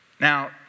Now